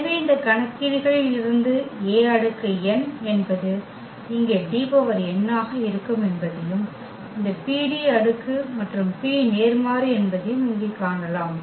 எனவே இந்த கணக்கீடுகளில் இருந்து A அடுக்கு n என்பது இங்கே Dn ஆக இருக்கும் என்பதையும் இந்த PD அடுக்கு மற்றும் P நேர்மாறு என்பதையும் இங்கே காணலாம்